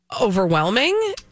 overwhelming